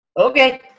Okay